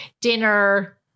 dinner